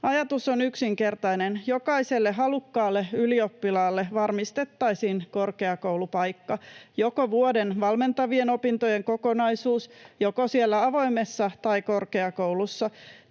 Ajatus on yksinkertainen: jokaiselle halukkaalle ylioppilaalle varmistettaisiin korkeakoulupaikka; vuoden valmentavien opintojen kokonaisuus joko siellä avoimessa tai korkeakoulussa.